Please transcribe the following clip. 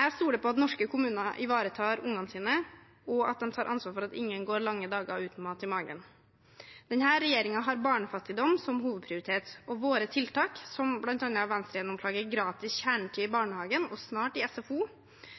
Jeg stoler på at norske kommuner ivaretar ungene sine, og at de tar ansvar for at ingen går lange dager uten mat i magen. Denne regjeringen har barnefattigdom som hovedprioritet, og våre tiltak, som bl.a. Venstre-gjennomslaget gratis kjernetid i barnehagen – og snart i SFO